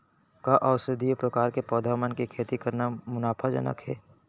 का औषधीय प्रकार के पौधा मन के खेती करना मुनाफाजनक हे?